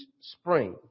spring